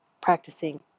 practicing